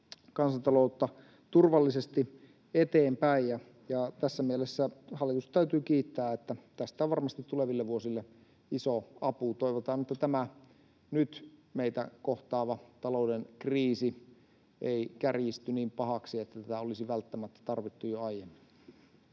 kansantaloutta turvallisesti eteenpäin. Tässä mielessä hallitusta täytyy kiittää, että tästä on varmasti tuleville vuosille iso apu. Toivotaan, että tämä nyt meitä kohtaava talouden kriisi ei kärjisty niin pahaksi, että tätä olisi välttämättä tarvittu jo aiemmin.